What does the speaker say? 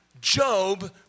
Job